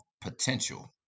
potential